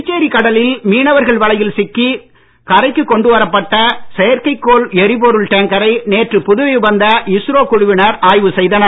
புதுச்சேரி கடலில் மீனவர்கள் வலையில் சிக்கி கரைக்குக் கொண்டுவரப் பட்ட செயற்கைக் கோள் எரிபொருள் டேங்கரை நேற்று புதுவை வந்த இஸ்ரோ குழுவினர் ஆய்வு செய்தனர்